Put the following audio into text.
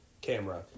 camera